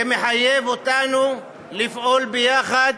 ומחייב אותנו לפעול יחד